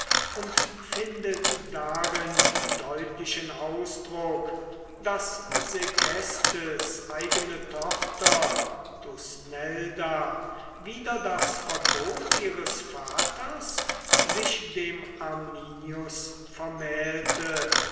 und findet darin deutlichen ausdruck daß segestes eigene tochter thusnelda wider das verbot ihres vaters sich dem arminius vermählte